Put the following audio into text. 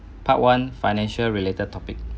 part one financial related topic